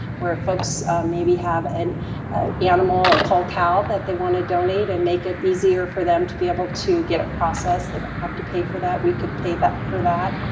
where folks maybe have an animal, a cold cow that they want to donate, and make it easier for them to be able to get it processed. they don't have to pay for that. we could pay for that.